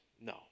No